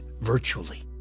virtually